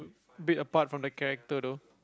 bit apart from the character though